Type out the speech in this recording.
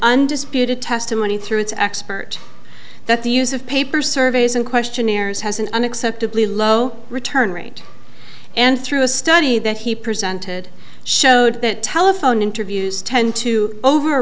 undisputed testimony through its expert that the use of paper surveys and questionnaires has an unacceptably low return rate and through a study that he presented showed that telephone interviews tend to over